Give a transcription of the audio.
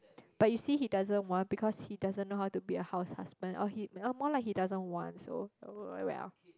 but you see he doesn't want because he doesn't know how to be a house husband or he oh more like he doesn't want so oh well